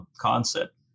concept